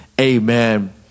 amen